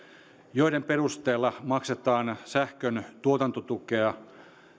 joiden perusteella maksetaan sähköntuotantotukea